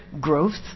growth